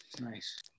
nice